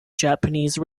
japanese